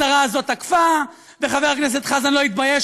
השרה הזאת תקפה וחבר הכנסת חזן לא התבייש